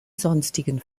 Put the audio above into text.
sonstigen